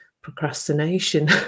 procrastination